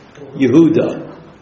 Yehuda